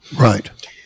right